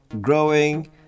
growing